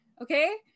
okay